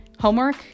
Homework